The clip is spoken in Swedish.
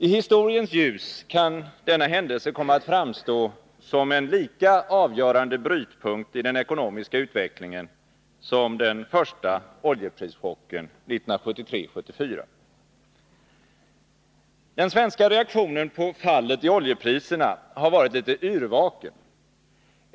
I historiens ljus kan denna händelse komma att framstå som en lika avgörande brytpunkt i den ekonomiska utvecklingen som den första oljeprischocken 1973-1974. Den svenska reaktionen på fallet i oljepriserna har varit litet yrvaken.